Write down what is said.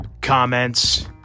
comments